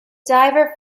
diver